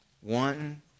One